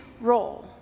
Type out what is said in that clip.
role